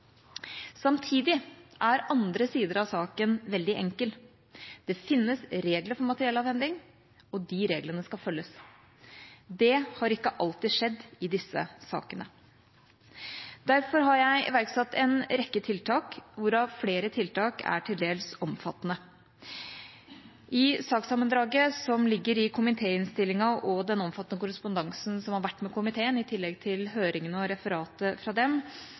Samtidig er andre sider av saken veldig enkle. Det fins regler for materiellavhending, og de reglene skal følges. Det har ikke alltid skjedd i disse sakene. Derfor har jeg iverksatt en rekke tiltak, hvorav flere tiltak er til dels omfattende. I sakssammendraget som ligger i komitéinnstillinga og den omfattende korrespondansen som har vært med komiteen, i tillegg til høringene og referatet fra dem,